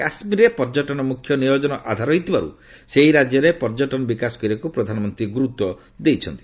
କାଶ୍ମୀରରେ ପର୍ଯ୍ୟଟନ ମୁଖ୍ୟ ନିୟୋଜନ ଆଧାର ହୋଇଥିବାରୁ ସେହି ରାଜ୍ୟରେ ପର୍ଯ୍ୟଟନ ବିକାଶ କରିବାକୁ ପ୍ରଧାନମନ୍ତ୍ରୀ ଗୁରୁତ୍ୱ ଦେଇଛନ୍ତି